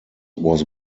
was